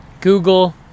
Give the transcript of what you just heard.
Google